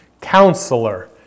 Counselor